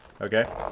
Okay